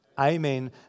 amen